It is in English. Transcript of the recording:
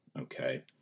Okay